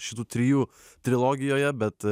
šitų trijų trilogijoje bet